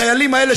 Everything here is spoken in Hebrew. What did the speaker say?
החיילים האלה,